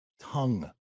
tongue